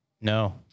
No